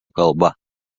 kalba